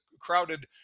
crowded